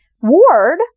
Ward